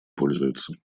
пользуются